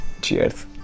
cheers